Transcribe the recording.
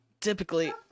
typically